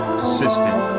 consistent